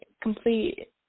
complete